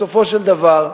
בסופו של דבר,